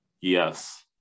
yes